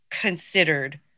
considered